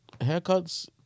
haircuts